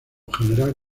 general